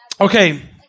Okay